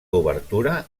obertura